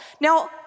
Now